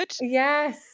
Yes